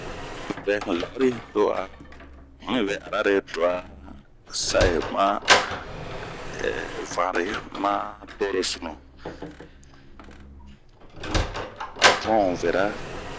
N'yi vɛ lɔ'ɔri, ara're to a sa'e, ma van're, ma toro sunu, to a bun n'vɛra bin.